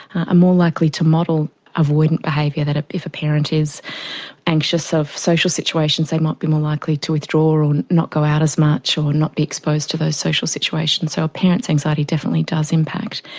ah more likely to model avoidant behaviour, that ah if a parent is anxious of social situations they might be more likely to withdraw or or not go out as much or not be exposed to those social situations. so a parent's anxiety definitely does impact.